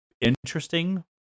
Interesting